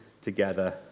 together